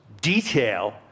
detail